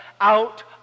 out